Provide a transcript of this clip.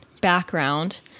background